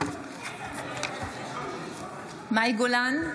מאי גולן,